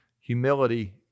humility